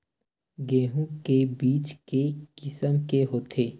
गेहूं के बीज के किसम के होथे?